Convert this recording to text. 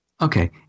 Okay